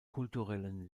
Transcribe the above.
kulturellen